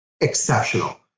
exceptional